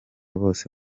bose